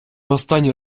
останні